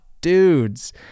dudes